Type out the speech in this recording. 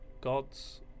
gods